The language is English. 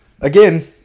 again